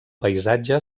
paisatge